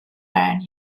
and